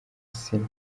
sina